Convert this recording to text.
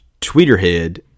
Tweeterhead